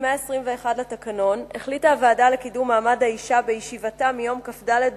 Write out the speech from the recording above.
חוק ומשפט להכנתה לקריאה שנייה וקריאה שלישית.